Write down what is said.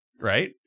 right